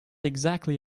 exactly